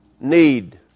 need